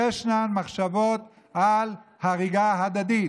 יש מחשבות על הריגה הדדית.